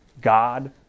God